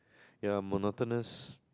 ya monotonous